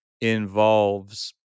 involves